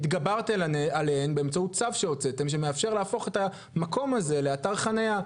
התגברתם עליהן באמצעות צו שהוצאתם שמאפשר להפוך את המקום הזה לאתר חניה.